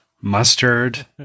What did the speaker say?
mustard